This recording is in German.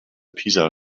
pisa